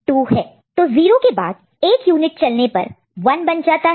तो 0 के बाद एक यूनिट चलने पर 1 बन जाता है